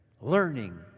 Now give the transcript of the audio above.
learning